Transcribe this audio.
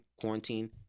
quarantine